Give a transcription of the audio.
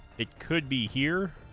it could be here